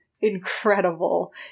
incredible